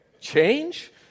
Change